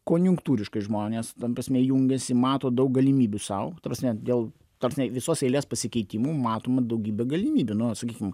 konjunktūriškai žmonės ta prasme jungiasi mato daug galimybių sau ta prasme dėl ta prasme visos eilės pasikeitimų matoma daugybė galimybių nu sakykim